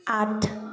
आठ